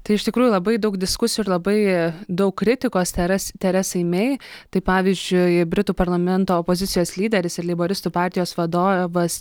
tai iš tikrųjų labai daug diskusijų ir labai daug kritikos teras teresai mey tai pavyzdžiui britų parlamento opozicijos lyderis ir leiboristų partijos vadovas